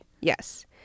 Yes